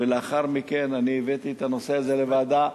ולאחר מכן, אני הבאתי את הנושא הזה לוועדה.